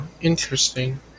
interesting